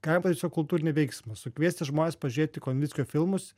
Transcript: galima padaryt čia kultūrinį veiksmą sukviesti žmones pažiūrėti konvickio filmus